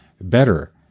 better